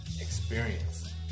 experience